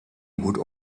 would